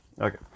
Okay